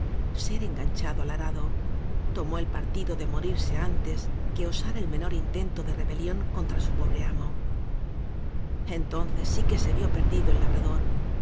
ser enganchada al arado tomó el partido de morirse antes que osar el menor intento de rebelión contra su pobre amo entonces sí que se vió perdido el labra